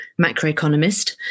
macroeconomist